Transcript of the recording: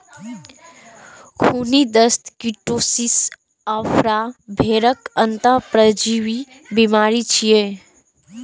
खूनी दस्त, कीटोसिस, आफरा भेड़क अंतः परजीवी बीमारी छियै